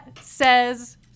says